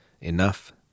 enough